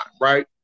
right